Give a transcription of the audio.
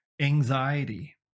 anxiety